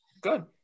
Good